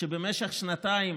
שבמשך שנתיים